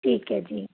ਠੀਕ ਐ ਜੀ